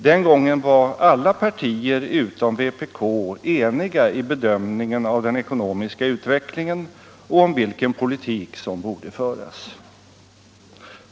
Den gången var alla partier utom vpk eniga i bedömningen av den ekonomiska utvecklingen och om vilken politik som borde föras.